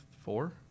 Four